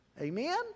Amen